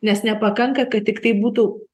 nes nepakanka kad tiktai būtų